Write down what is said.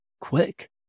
quick